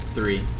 Three